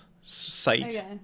site